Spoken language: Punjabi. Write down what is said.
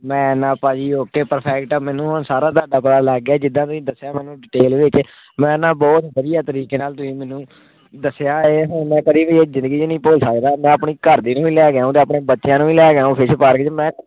ਮੈਂ ਨਾ ਭਾਅ ਜੀ ਓਕੇ ਪਰਫੈਕਟ ਆ ਮੈਨੂੰ ਹੁਣ ਸਾਰਾ ਤੁਹਾਡਾ ਪਤਾ ਲੱਗ ਗਿਆ ਜਿੱਦਾਂ ਤੁਸੀਂ ਦੱਸਿਆ ਮੈਨੂੰ ਡਿਟੇਲ ਵਿੱਚ ਮੈਂ ਨਾ ਬਹੁਤ ਵਧੀਆ ਤਰੀਕੇ ਨਾਲ ਤੁਸੀਂ ਮੈਨੂੰ ਦੱਸਿਆ ਹੈ ਹੁਣ ਮੈਂ ਕਦੀ ਵੀ ਇਹ ਜ਼ਿੰਦਗੀ 'ਚ ਨਹੀਂ ਭੁੱਲ ਸਕਦਾ ਮੈਂ ਆਪਣੀ ਘਰਦੀ ਨੂੰ ਵੀ ਲੈ ਕੇ ਆਊ ਅਤੇ ਆਪਣੇ ਬੱਚਿਆਂ ਨੂੰ ਵੀ ਲੈ ਕੇ ਆਊ ਫਿਸ਼ ਪਾਰਕ 'ਚ ਮੈਂ